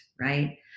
right